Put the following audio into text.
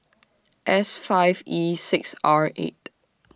S five E six R eight